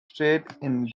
stayed